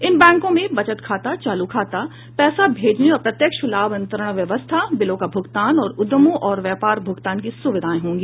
इन बैंको में बचत खाता चालू खाता पैसा भेजने और प्रत्यक्ष लाभ अंतरण व्यवस्था बिलों का भूगतान तथा उद्यमों और व्यापार भूगतान की सुविधाएं होंगी